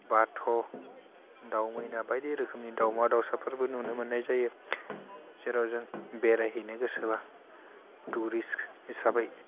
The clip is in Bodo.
बाथ' दाव मैना बायदि रोखोमनि दावमा दावसाफोरबो नुनो मोननाय जायो जेराव जों बेरायहैनो गोसोब्ला टुरिस हिसाबै